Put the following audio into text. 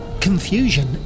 Confusion